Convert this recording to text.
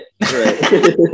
Right